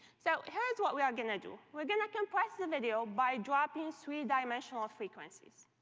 so here is what we are going to do. we're going to compress the video by dropping three-dimensional frequencies.